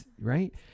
right